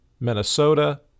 Minnesota